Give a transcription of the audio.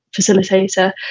facilitator